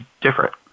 different